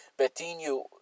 Betinho